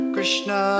Krishna